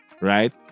right